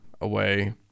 away